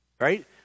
Right